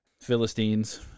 Philistines